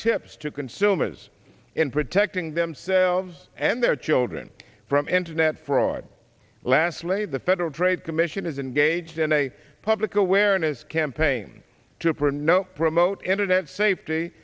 tips to consumers in protecting themselves and their children from internet fraud lastly the federal trade commission is engaged in a public awareness campaign to pernelle promote internet safety